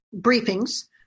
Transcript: briefings